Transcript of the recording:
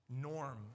norm